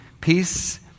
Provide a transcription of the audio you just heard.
peace